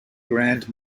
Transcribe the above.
grand